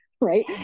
right